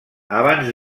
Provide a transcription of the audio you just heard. abans